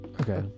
Okay